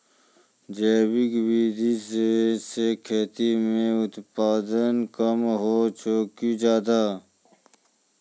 जैविक विधि से खेती म उत्पादन कम होय छै कि ज्यादा?